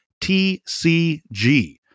tcg